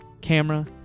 camera